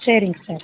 சரிங்க சார்